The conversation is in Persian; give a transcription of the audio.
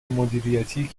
مدیریتی